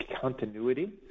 continuity